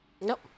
Nope